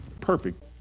perfect